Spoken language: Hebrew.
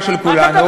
תדבר אלי,